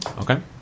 Okay